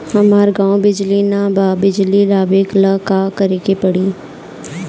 हमरा गॉव बिजली न बा बिजली लाबे ला का करे के पड़ी?